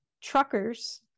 truckers